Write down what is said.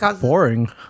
Boring